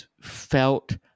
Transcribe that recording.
felt